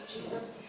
Jesus